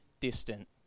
Distant